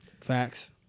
Facts